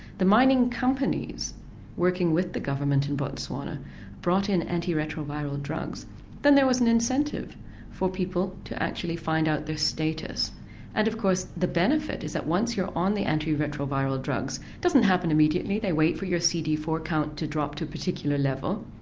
the mining companies working with the government in botswana brought in antiretroviral drugs then there was an incentive for people to actually find out their status and of course the benefit is that once you're on the antiretroviral drugs, it doesn't happen immediately, they wait for your c d four count to drop to a particular level,